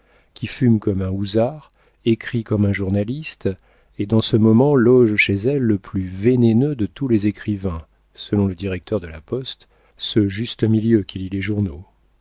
qui fume comme un housard écrit comme un journaliste et dans ce moment loge chez elle le plus vénéneux de tous les écrivains selon le directeur de la poste ce juste-milieu qui lit les journaux